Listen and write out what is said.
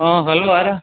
ആ ഹലോ ആരാണ്